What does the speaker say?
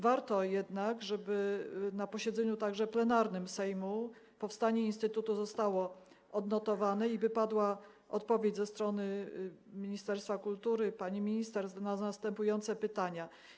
Warto jednak, żeby na posiedzeniu, także plenarnym, Sejmu powstanie instytutu zostało odnotowane i by padła odpowiedź ze strony ministerstwa kultury, pani minister, na następujące pytania.